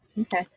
okay